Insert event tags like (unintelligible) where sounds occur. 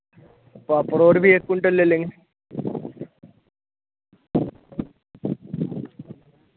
(unintelligible) भी एक कुंटल ले लेंगे